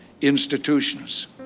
institutions